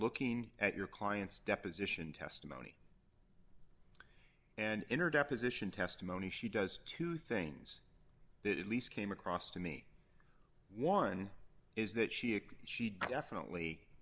looking at your client's deposition testimony and her deposition testimony she does two things that at least came across to me one is that she is she definitely